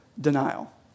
denial